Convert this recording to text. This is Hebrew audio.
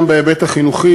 גם בהיבט החינוכי,